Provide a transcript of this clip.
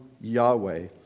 Yahweh